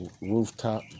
rooftop